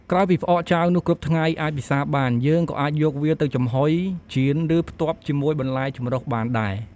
ក្រោយពីផ្អកចាវនោះគ្រប់ថ្ងៃអាចពិសាបាន យើងក៏អាចយកវាទៅចំហុយ ចៀន ឬ ផ្ទាប់ជាមួយបន្លែចម្រុះបានដែរ។